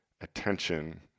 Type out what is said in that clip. attention